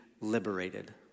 liberated